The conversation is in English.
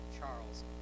Charles